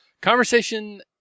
Conversation